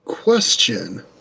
Question